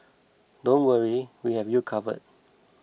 don't worry we have you covered